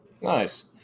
Nice